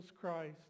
Christ